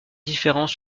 différents